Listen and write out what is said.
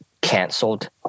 canceled